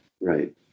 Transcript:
Right